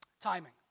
Timing